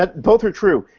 ah both are true.